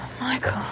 michael